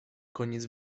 koniec